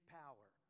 power